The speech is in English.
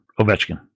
Ovechkin